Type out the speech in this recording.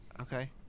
Okay